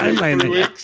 timeline